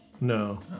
No